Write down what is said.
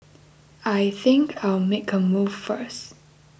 I think I'll make a move first